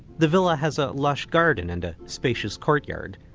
the villa has a lush garden and a spacious courtyard.